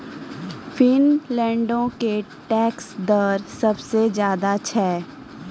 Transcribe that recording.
फिनलैंडो के टैक्स दर सभ से ज्यादे छै